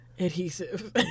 adhesive